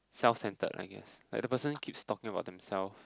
self centred I guess like the person keeps talking about themselves